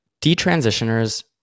detransitioners